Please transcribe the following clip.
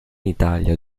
italia